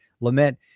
Lament